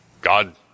God